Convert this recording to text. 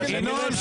--- ינון,